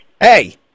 Hey